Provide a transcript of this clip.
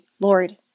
Lord